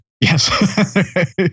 Yes